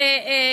היום,